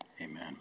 Amen